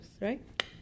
right